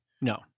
No